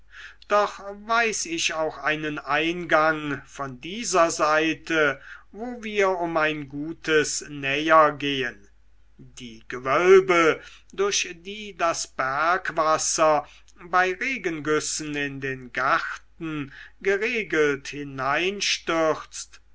doch weiß ich auch einen eingang von dieser seite wo wir um ein gutes näher gehen die gewölbe durch die das bergwasser bei regengüssen in den garten geregelt